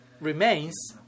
remains